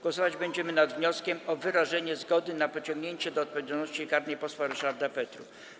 Głosować będziemy nad wnioskiem o wyrażenie zgody na pociągnięcie do odpowiedzialności karnej posła Ryszarda Petru.